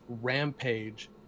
rampage